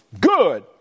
Good